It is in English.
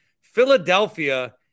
Philadelphia